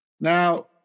Now